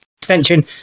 extension